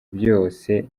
byose